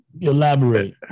elaborate